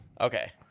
Okay